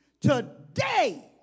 today